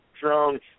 drone